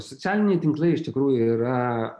socialiniai tinklai iš tikrųjų yra